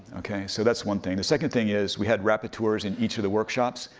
okay. so that's one thing. the second thing is, we had repeteurs in each of the workshops,